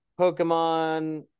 pokemon